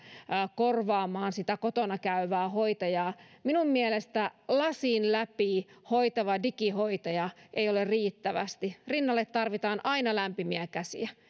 korvaamaan sitä kotona käyvää hoitajaa minun mielestäni lasin läpi hoitava digihoitaja ei ole riittävä rinnalle tarvitaan aina lämpimiä käsiä